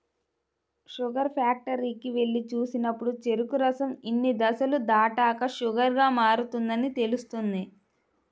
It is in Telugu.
షుగర్ ఫ్యాక్టరీకి వెళ్లి చూసినప్పుడు చెరుకు రసం ఇన్ని దశలు దాటాక షుగర్ గా మారుతుందని తెలుస్తుంది